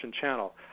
channel